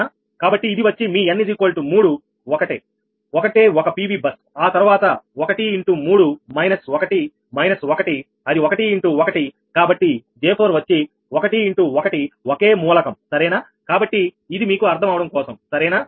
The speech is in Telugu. కాబట్టి ఇది వచ్చి మీ n3ఒకటే ఒక PV బస్ ఆ తర్వాత 1 ఇంటూ 3 మైనస్ 1 మైనస్ 1 అది 1 ఇంటూ 1కాబట్టి J4 వచ్చి 1 ఇంటూ 1 ఒకే మూలకం సరేనా కాబట్టి ఇది మీకు అర్థం అవ్వడం కోసం సరేనా